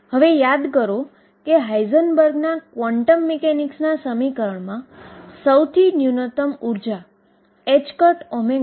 નહીં તો finite continuous છે અને ફાઈનાઈટ કન્ટીન્યુઅસ સ્થિતિમાં તે સાબિત થયેલુ છે